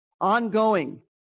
ongoing